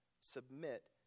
Submit